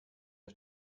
der